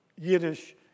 Yiddish